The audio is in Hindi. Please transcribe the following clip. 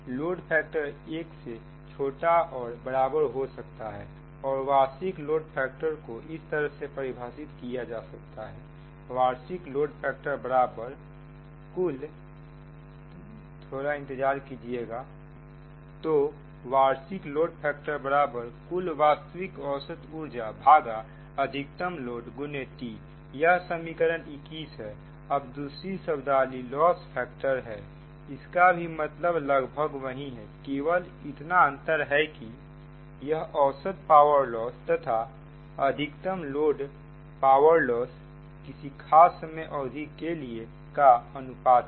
लोड फैक्टर एक से छोटा और बराबर हो सकता है और वार्षिक लोड फैक्टर को इस तरह से परिभाषित किया जा सकता है वार्षिक लोड फैक्टरकुल वार्षिक औसत ऊर्जा अधिकतम लोड X T यह समीकरण 21 है अब दूसरी शब्दावली लॉस फैक्टर है इसका भी मतलब लगभग वही है केवल इतना अंतर है की यह औसत पावर लॉस तथा अधिकतम लोड पावर लॉस किसी खास समय अवधि के लिए का अनुपात है